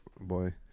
boy